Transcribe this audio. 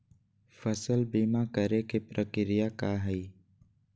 फसल बीमा करे के प्रक्रिया का हई?